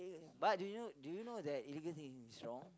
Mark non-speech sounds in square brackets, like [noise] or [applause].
[noise] but do you do you know that even in is wrong